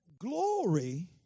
glory